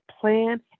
plan